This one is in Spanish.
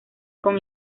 con